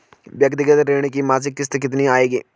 व्यक्तिगत ऋण की मासिक किश्त कितनी आएगी?